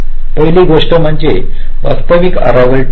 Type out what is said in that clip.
पहिली गोष्ट म्हणजे वास्तविक अररिवाल टाईम